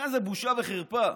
לכן זו בושה וחרפה.